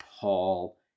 Paul